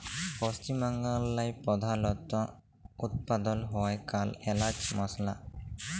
পশ্চিম বাংলায় প্রধালত উৎপাদল হ্য়ওয়া কাল এলাচ মসলা